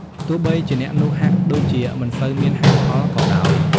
ទោះបីជាអ្នកនោះហាក់ដូចជាមិនសូវមានហេតុផលក៏ដោយ។